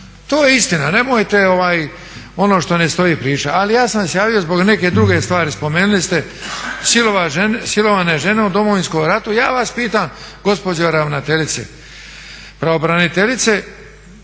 To je istina, nemojte ono što ne stoji pričat. Ali ja sam se javio zbog neke druge stvari. Spomenuli ste silovane žene u Domovinskom ratu. Ja vas pitam gospođo pravobraniteljice